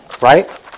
Right